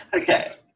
Okay